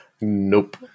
Nope